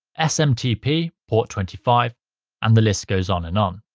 ah smtp port twenty five and the list goes on and on.